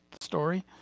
story